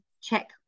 check